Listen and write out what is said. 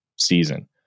season